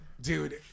Dude